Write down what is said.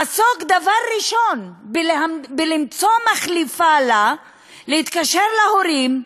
לעסוק דבר ראשון בלמצוא לה מחליפה, להתקשר להורים,